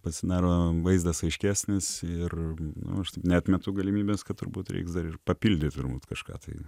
pasidaro vaizdas aiškesnis ir nu aš neatmetu galimybės kad turbūt reiks dar ir papildyt turbūt kažką tai